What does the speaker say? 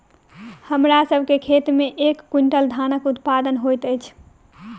हमरा सभ के खेत में एक क्वीन्टल धानक उत्पादन होइत अछि